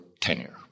tenure